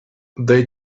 they